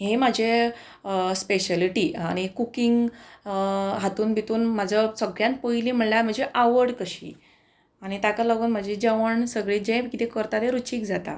हें म्हाजें स्पेशलिटी आनी कुकींग हातून भितर म्हाजो सगळ्यान पयली म्हणल्यार म्हजी आवड कशी आनी ताका लागून म्हजें जेवण सगळें जें कितें करता तें रुचीक जाता